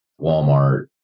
Walmart